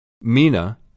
Mina